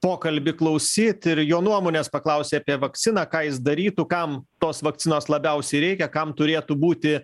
pokalbį klausyt ir jo nuomonės paklausė apie vakciną ką jis darytų kam tos vakcinos labiausiai reikia kam turėtų būti